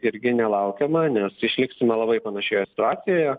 irgi nelaukiama nes išliksime labai panašioje situacijoje